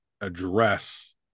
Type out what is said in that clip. address